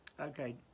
okay